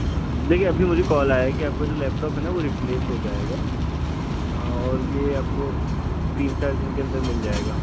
देखिए अभी मुझे कॉल आया है की आपका जो लैपटॉप है ना वो रिप्लेस हो जाएगा और ये आपको तीन चार दिन के अंदर मिल जाएगा